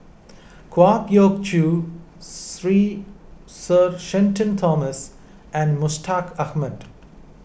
Kwa Geok Choo three Sir Shenton Thomas and Mustaq Ahmad